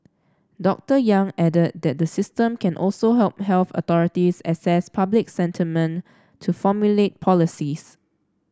Doctor Yang added that the system can also help health authorities assess public sentiment to formulate policies